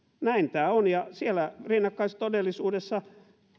näin tämä on ja siellä rinnakkaistodellisuudessa